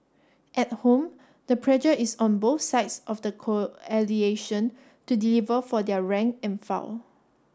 at home the pressure is on both sides of the to deliver for their rank and file